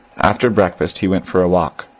after breakfast he went for a walk.